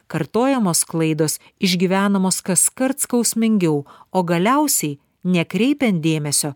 kartojamos klaidos išgyvenamos kaskart skausmingiau o galiausiai nekreipian dėmesio